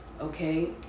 okay